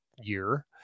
year